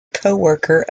coworker